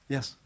Yes